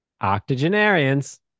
octogenarians